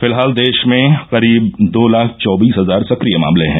फिलहाल देश में करीब दो लाख चौबीस हजार सक्रिय मामले हैं